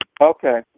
okay